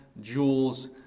jewels